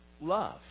love